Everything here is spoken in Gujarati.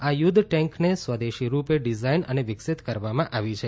આ યુધ્ધ ટેન્કને સ્વદેશીરૂપે ડીઝાઇન અને વિકસીત કરવામાં આવી છે